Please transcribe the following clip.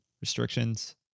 restrictions